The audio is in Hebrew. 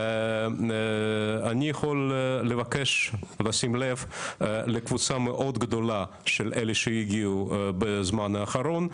ואני יכול לבקש לשים לב לקבוצה מאוד גדולה של אלו שהגיעו בזמן האחרון,